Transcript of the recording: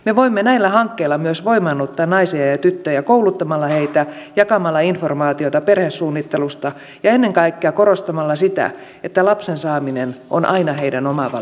me voimme näillä hankkeilla myös voimaannuttaa naisia ja tyttöjä kouluttamalla heitä jakamalla informaatiota perhesuunnittelusta ja ennen kaikkea korostamalla sitä että lapsen saaminen on aina heidän oma valintansa